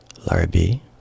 larbi